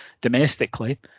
domestically